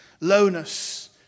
lowness